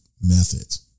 methods